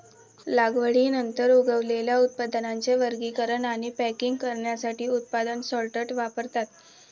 लागवडीनंतर उगवलेल्या उत्पादनांचे वर्गीकरण आणि पॅकिंग करण्यासाठी उत्पादन सॉर्टर वापरतात